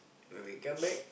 when we come back